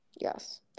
yes